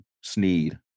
Sneed